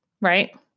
right